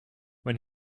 when